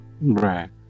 right